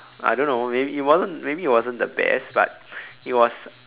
I don't know maybe it wasn't maybe it wasn't the best but it was